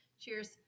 Cheers